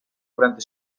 quaranta